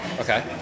Okay